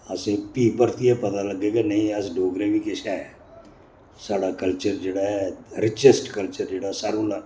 असेंगी फ्ही परतियै पता लग्गै के नेईं अस डोगरे बी केश ऐं स्हाड़ा कल्चर जेह्ड़ा रिचस्ट कल्चर जेह्ड़ा सारे कोला